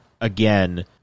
again